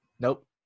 Nope